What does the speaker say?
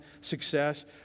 success